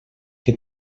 que